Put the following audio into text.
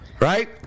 Right